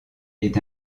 est